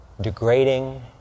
degrading